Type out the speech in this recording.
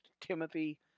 Timothy